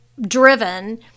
driven